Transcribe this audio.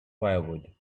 firewood